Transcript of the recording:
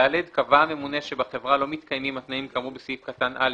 (ד)קבע הממונה שבחברה לא מתקיימים התנאים כאמור בסעיף קטן (א),